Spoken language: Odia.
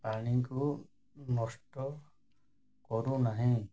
ପାଣିକୁ ନଷ୍ଟ କରୁନାହିଁ